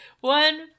one